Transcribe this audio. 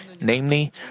Namely